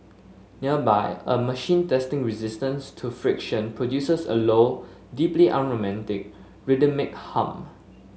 nearby a machine testing resistance to friction produces a low deeply unromantic rhythmic hum